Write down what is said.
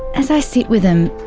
as i sit with them,